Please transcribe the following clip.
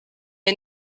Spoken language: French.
est